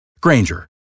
Granger